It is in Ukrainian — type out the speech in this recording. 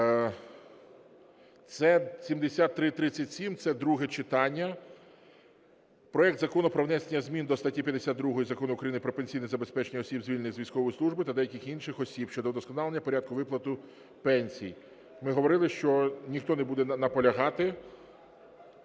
це 7337, це друге читання. Проект Закону про внесення змін до статті 52 Закону України "Про пенсійне забезпечення осіб, звільнених з військової служби, та деяких інших осіб" щодо вдосконалення порядку виплати пенсій. Ми говорили, що ніхто не буде наполягати.